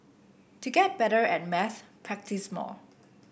to get better at maths practise more